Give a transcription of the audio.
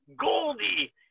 Goldie